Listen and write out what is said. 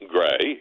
Gray